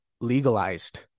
legalized